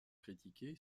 critiqué